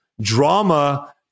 Drama